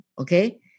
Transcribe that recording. okay